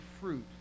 fruit